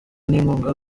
n’inkunga